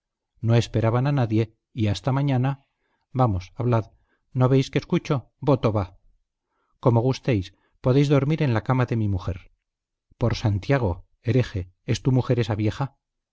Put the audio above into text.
no esperaban a nadie y hasta mañana vamos hablad no veis que escucho voto va como gustéis podéis dormir en la cama de mi mujer por santiago hereje es tu mujer esa vieja